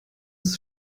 ist